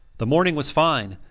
the morning was fine,